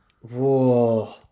Whoa